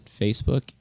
Facebook